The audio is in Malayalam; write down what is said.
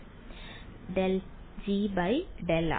വിദ്യാർത്ഥി ഡെൽ ജി ഡെൽ ആർ